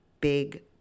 big